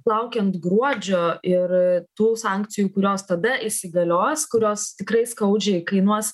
laukiant gruodžio ir tų sankcijų kurios tada įsigalios kurios tikrai skaudžiai kainuos